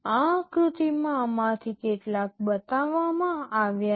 આ આકૃતિમાં આમાંથી કેટલાક બતાવવામાં આવ્યા છે